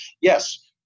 yes